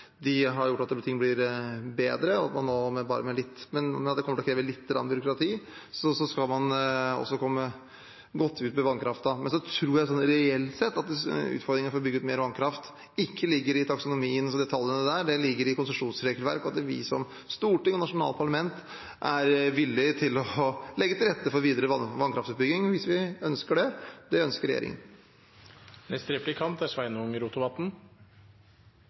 har gjort at ting blir bedre – at det kommer til å kreve lite grann byråkrati, men så skal man komme godt ut med vannkraften. Men jeg tror reelt sett at utfordringen ved å bygge ut mer vannkraft ikke ligger i taksonomien og detaljene der. Den ligger i konsesjonsregelverk og at vi som storting og nasjonalt parlament er villig til å legge til rette for videre vannkraftutbygging hvis vi ønsker det. Det ønsker regjeringen. Taksonomien er